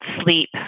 sleep